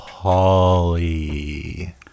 holly